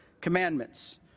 commandments